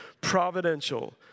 providential